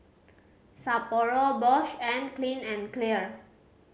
Sapporo Bosch and Clean and Clear